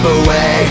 away